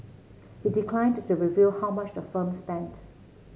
he declined to reveal how much the firm spent